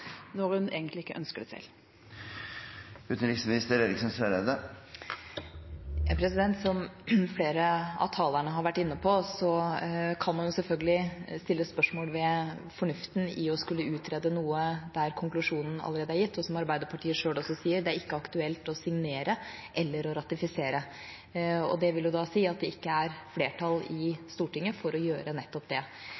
når hun egentlig ikke ønsker det selv? Som flere av talerne har vært inne på, kan man selvfølgelig stille spørsmål ved fornuften i å skulle utrede noe der konklusjonen allerede er gitt, og, som Arbeiderpartiet også sier, der det ikke er aktuelt å signere eller å ratifisere. Det vil si at det ikke er flertall i